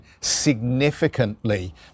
significantly